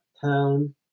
town